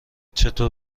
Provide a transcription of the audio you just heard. چطور